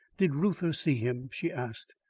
did reuther see him? she asked.